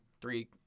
three